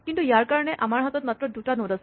কিন্তু ইয়াৰ কাৰণে আমাৰ হাতত মাত্ৰ দুটা নড আছে